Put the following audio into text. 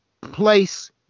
place